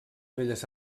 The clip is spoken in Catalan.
belles